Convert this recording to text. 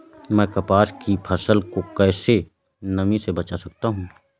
मैं कपास की फसल को कैसे नमी से बचा सकता हूँ?